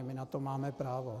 My na to máme právo.